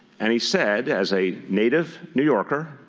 and he said, as a native new yorker,